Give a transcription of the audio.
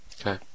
okay